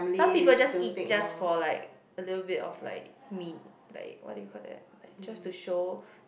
some people just eat just for like a little bit of like me~ like what do you call that like just to show